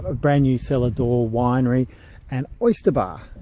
ah brand-new cellar door winery and oyster bar.